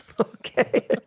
Okay